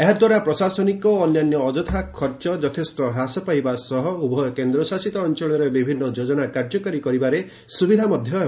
ଏହାଦ୍ୱାରା ପ୍ରଶାସନିକ ଓ ଅନ୍ୟାନ୍ୟ ଅଯଥା ଖର୍ଚ୍ଚ ଯଥେଷ୍ଟ ହ୍ରାସ ପାଇବ ଏବଂ ଉଭୟ କେନ୍ଦ୍ରଶାସିତ ଅଞ୍ଚଳରେ ବିଭିନ୍ନ ଯୋଜନା କାର୍ଯ୍ୟକାରୀ କରିବାରେ ସୁବିଧା ହେବ